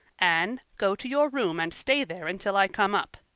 anne go to your room and stay there until i come up,